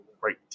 right